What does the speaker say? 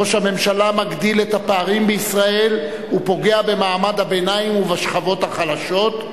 ראש הממשלה מגדיל את הפערים בישראל ופוגע במעמד הביניים ובשכבות החלשות.